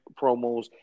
promos